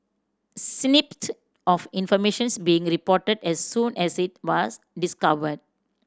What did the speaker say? snippet of information being reported as soon as it was discovered